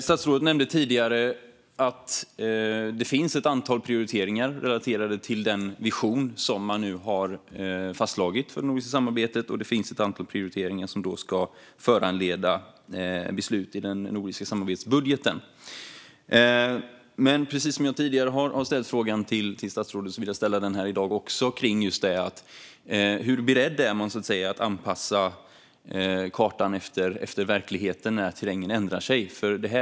Statsrådet nämnde tidigare att det finns ett antal prioriteringar relaterade till den vision som man nu har fastslagit för det nordiska samarbetet, och det finns ett antal prioriteringar som ska föranleda beslut i den nordiska samarbetsbudgeten. Jag har tidigare ställt frågan till statsrådet hur beredd man är att anpassa kartan efter verkligheten när terrängen ändras, och den vill jag ställa i dag också.